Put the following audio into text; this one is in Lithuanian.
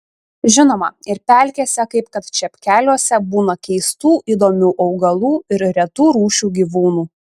žinoma ir pelkėse kaip kad čepkeliuose būna keistų įdomių augalų ir retų rūšių gyvūnų